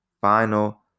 final